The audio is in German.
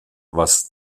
was